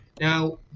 Now